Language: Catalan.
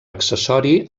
accessori